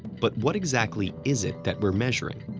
but what exactly is it that we're measuring?